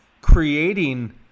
creating